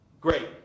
great